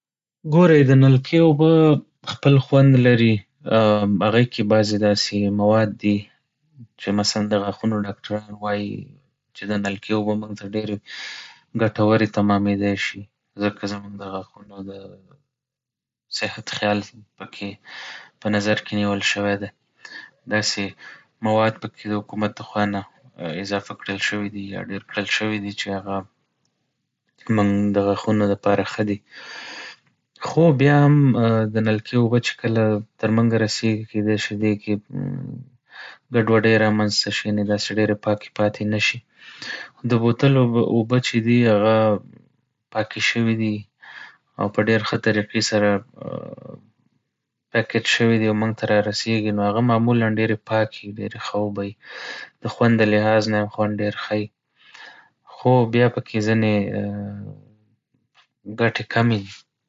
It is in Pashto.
ګورئ د نلکې اوبه خپل خوند لري، هغې کې بعضې داسې مواد دي چې مثلا د غاښونو ډاکټران وايي چې د نلکې اوبه مونږ ته ډېرې ګټورې تمامېدی شي. ځکه زمونږ د غاښونو د صحت خيال پکې په نظر کې نيول شوی دی. داسې مواد پکې د حکومت د خوا نه اضافه کړل شوي دي، يا ډېر کړل شوي دي چې هغه مونږ د غاښونو دپاره ښه دي. خو بيا هم د نلکې اوبه چې کله تر مونږه رسيږي، کېدی شي دې کې ګډوډۍ رامنځته شي یعنې داسې ډېرې پاکې پاتې نه شي. د بوتل اوبه اوبه چې دي هغه پاکې شوي دي او په ډېرې ښه طریقې سره پېکج شوي دي او مونږ ته رارسيږي نو هغه معمولا ډېرې پاکې وي، ډېرې ښه اوبه وي. د خوند د لحاظ نه يې هم خوند ډېر ښه وي، خو بيا پکې ځينې ګټې کمې دي.